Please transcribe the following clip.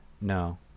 No